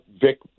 Vic